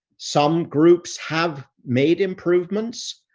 some groups have made improvements,